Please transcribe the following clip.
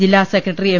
ജില്ലാസെക്രട്ടറി M